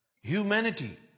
humanity